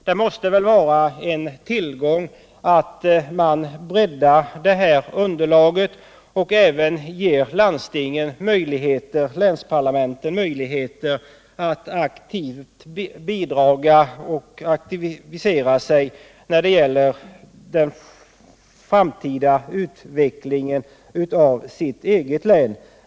Det måste väl vara en tillgång att man breddar underlaget och även ger landstingen möjligheter att aktivisera sig när det gäller den framtida utvecklingen av det egna länet.